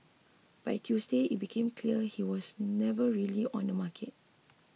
by Tuesday it became clear he was never really on the market